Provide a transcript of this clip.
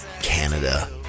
Canada